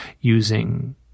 using